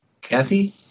Kathy